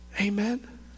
Amen